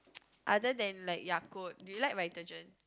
other than like Yakult do you like Vitagen